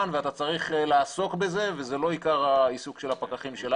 צריך לעבור כל מסלול טיול לפחות פעמיים בשנה,